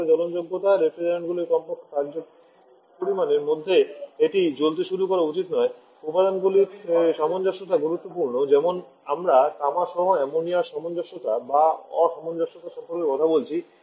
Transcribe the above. তারপরে জ্বলনযোগ্যতা রেফ্রিজারেন্টগুলি কমপক্ষে কার্যপরিমাণের মধ্যে এটি জ্বলতে শুরু করা উচিত নয় উপাদানগুলির সামঞ্জস্যতা গুরুত্বপূর্ণ যেমন আমরা তামা সহ অ্যামোনিয়ার সামঞ্জস্যতা বা অ সামঞ্জস্যতা সম্পর্কে কথা বলেছি